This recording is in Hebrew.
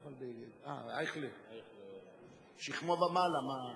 אדוני היושב-ראש, חברי חברי הכנסת,